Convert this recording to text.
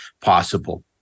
possible